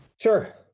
Sure